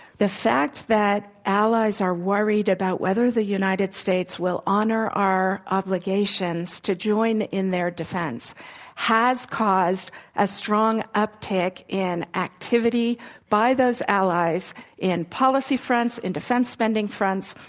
the fact that allies are worried about whether the united states will honor our obligations to join in their defense has caused a strong uptick in activity by those allies in policy fronts, in defense spending fronts.